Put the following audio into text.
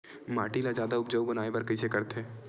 माटी ला जादा उपजाऊ बनाय बर कइसे करथे?